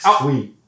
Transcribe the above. sweet